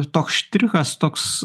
toks štrichas toks